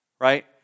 right